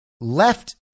left